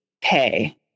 pay